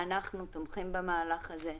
אנחנו תומכים במהלך הזה,